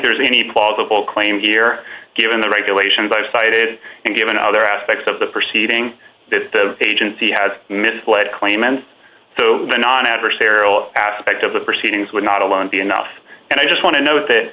there's any plausible claim here given the regulations i've cited and given other aspects of the proceeding that the agency had misled claim and the non adversarial aspect of the proceedings were not alone be enough and i just want to note that